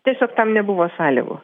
tiesiog tam nebuvo sąlygų